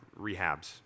rehabs